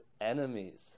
enemies